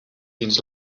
dins